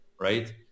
right